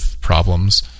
problems